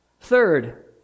Third